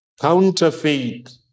Counterfeit